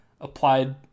applied